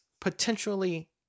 potentially